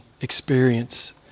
experience